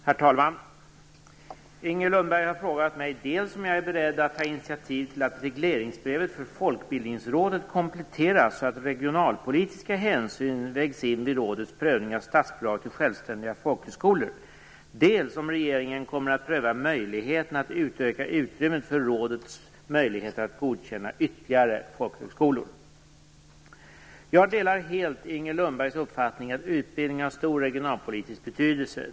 Herr talman! Inger Lundberg har frågat mig dels om jag är beredd att ta initiativ till att regleringsbrevet för Folkbildningsrådet kompletteras så att regionalpolitiska hänsyn vägs in vid rådets prövning av statsbidrag till självständiga folkhögskolor, dels om regeringen kommer att pröva möjligheterna att öka utrymmet för rådet att godkänna ytterligare folkhögskolor. Jag delar helt Inger Lundbergs uppfattning att utbildning har stor regionalpolitisk betydelse.